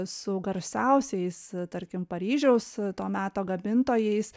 su garsiausiais tarkim paryžiaus to meto gamintojais